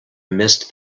missed